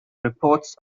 reports